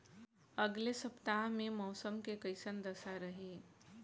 अलगे सपतआह में मौसम के कइसन दशा रही?